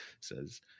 says